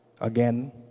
again